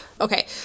Okay